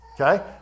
okay